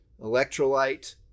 electrolyte